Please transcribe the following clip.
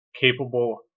capable